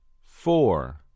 four